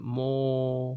more